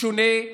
ישונה.